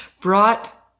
brought